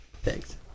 Thanks